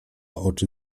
oczy